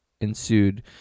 ensued